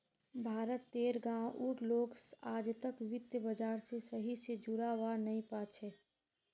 भारत तेर गांव उर लोग आजतक वित्त बाजार से सही से जुड़ा वा नहीं पा छे